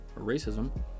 racism